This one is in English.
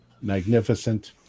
magnificent